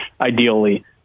ideally